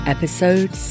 Episode